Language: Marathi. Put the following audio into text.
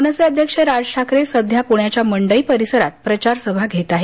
मनसे अध्यक्ष राज ठाकरे यांनी आज पुण्याच्या मंडई परिसरात प्रचार सभा घेतली